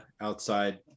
outside